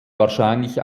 wahrscheinlich